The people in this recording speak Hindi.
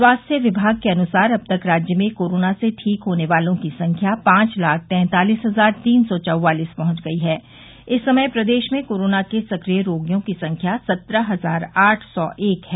स्वास्थ्य विभाग के अनुसार अब तक राज्य में कोरोना से ठीक होने वालों की संख्या पांच लाख तैंतालिस हजार तीन सौ चौवालिस पहुंच गई हैं इस समय प्रदेश में कोरोना के सक्रिय रोगियों की संख्या सत्रह हजार आठ सौ एक है